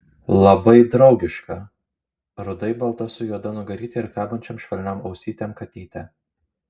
labai draugiška rudai balta su juoda nugaryte ir kabančiom švelniom ausytėm katytė